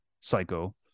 psycho